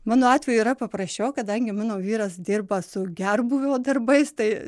mano atveju yra paprasčiau kadangi mano vyras dirba su gerbūvio darbais tai